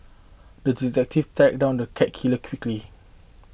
the detective tracked down the cat killer quickly